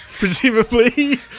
Presumably